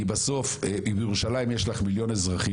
כי בסוף בירושלים יש לך מיליון אזרחים,